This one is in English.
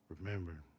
Remember